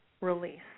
release